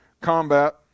combat